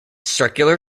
circular